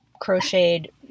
crocheted